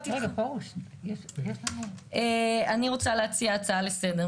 אני רוצה להציע הצעה לסדר.